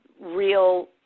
real